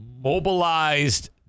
mobilized